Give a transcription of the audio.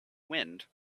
wind